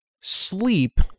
sleep